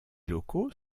locaux